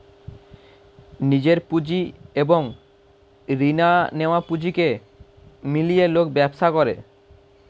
নিজের পুঁজি এবং রিনা নেয়া পুঁজিকে মিলিয়ে লোক ব্যবসা করে